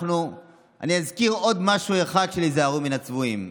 אני אזכיר עוד משהו אחד של "היזהרו מן הצבועים".